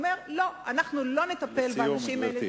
הוא אומר: לא, אנחנו לא נטפל באנשים האלה